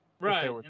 Right